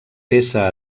peça